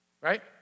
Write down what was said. Right